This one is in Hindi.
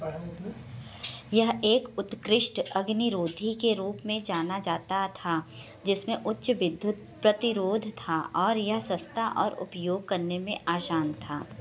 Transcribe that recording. यह एक उत्कृष्ट अग्निरोधी के रूप में जाना जाता था जिसमें उच्च विधुत प्रतिरोध था और यह सस्ता और उपयोग करने में आसान था